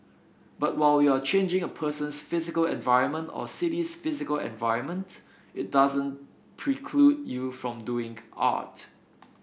but while you are changing a person's physical environment or city's physical environment it doesn't preclude you from doing art